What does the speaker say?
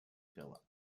philip